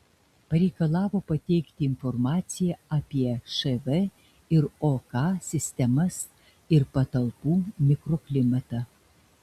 pareikalavo pateikti informaciją apie šv ir ok sistemas ir patalpų mikroklimatą